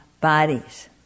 bodies